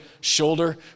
shoulder